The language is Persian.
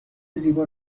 زیبا